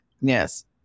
yes